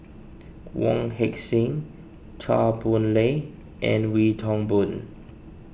Wong Heck Sing Chua Boon Lay and Wee Toon Boon